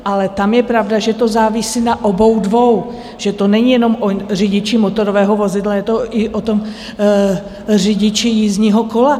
Ale tam je pravda, že to závisí na obou dvou, že to není jenom o řidiči motorového vozidla, je to i o tom řidiči jízdního kola.